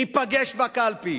ניפגש בקלפי.